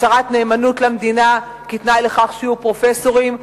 הצהרת נאמנות למדינה כתנאי לכך שיהיו פרופסורים.